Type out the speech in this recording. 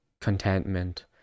contentment